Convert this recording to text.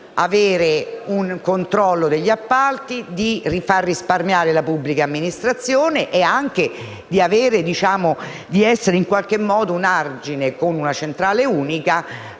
avere un controllo degli appalti, far risparmiare la pubblica amministrazione ed essere, in qualche modo, un argine, con una centrale unica,